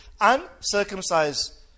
uncircumcised